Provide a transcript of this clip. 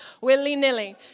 Willy-nilly